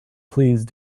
please